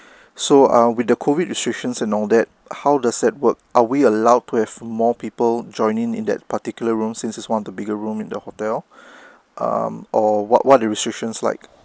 so ah with the COVID restrictions and all that how does that work are we allowed to have more people joining in that particular room since it's one of the bigger room in the hotel um or what what the restrictions like